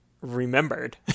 remembered